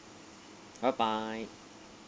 bye bye